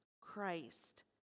Christ